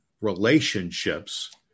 relationships